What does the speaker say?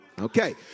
Okay